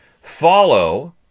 follow